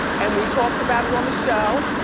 and we talked about it on the show.